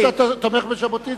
אני רואה שאתה תומך בז'בוטינסקי.